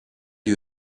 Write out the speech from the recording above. you